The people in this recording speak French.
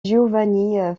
giovanni